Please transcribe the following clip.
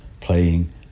playing